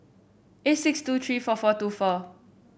eight six two three four four two four